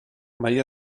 mai